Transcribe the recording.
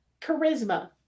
charisma